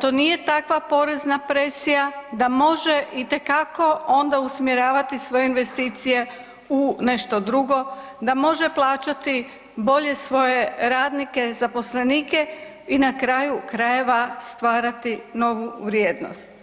to nije takva porezna presija da može itekako onda usmjeravati svoje investicije u nešto drugo, da može plaćati bolje svoje radnike, zaposlenike i na kraju krajeva stvarati novu vrijednost.